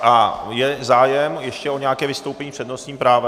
A je zájem ještě o nějaké vystoupení s přednostním právem?